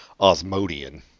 Osmodian